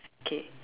okay